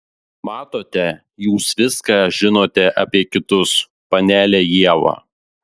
matote jūs viską žinote apie kitus panele ieva